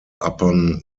upon